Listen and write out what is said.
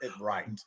Right